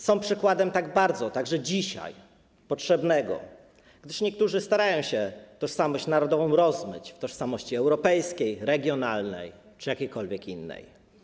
Są przykładem tak bardzo potrzebnym także dzisiaj, gdyż niektórzy starają się tożsamość narodową rozmyć w tożsamości europejskiej, regionalnej czy jakiejkolwiek innej.